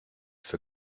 für